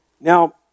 Now